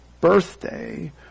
birthday